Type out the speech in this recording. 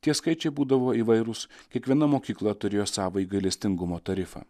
tie skaičiai būdavo įvairūs kiekviena mokykla turėjo savąjį gailestingumo tarifą